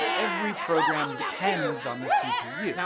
every program depends on the cpu. now,